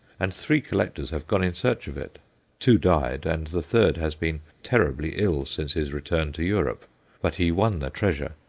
and three collectors have gone in search of it two died, and the third has been terribly ill since his return to europe but he won the treasure,